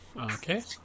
Okay